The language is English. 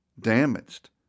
Damaged